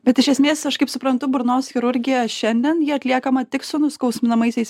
bet iš esmės aš kaip suprantu burnos chirurgija šiandien ji atliekama tik su nuskausminamaisiais